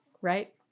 right